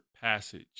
passage